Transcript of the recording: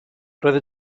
roedd